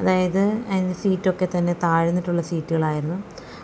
അതായത് അതിൻ്റെ സീറ്റൊക്കെ തന്നെ താഴ്ന്നിട്ടുള്ള സീറ്റുകളായിരുന്നു